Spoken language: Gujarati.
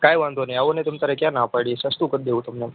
કાઇ વાંધો નહીં આવો ને તમતમારે ક્યાં ના પાડી છે સસ્તું કરી દઈશું તમને